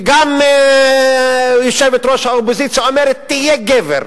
גם יושבת-ראש האופוזיציה אומרת: תהיה גבר.